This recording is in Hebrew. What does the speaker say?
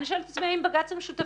אני שואלת את עצמי: האם בג"ץ הוא שותף?